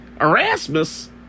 Erasmus